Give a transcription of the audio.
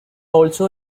also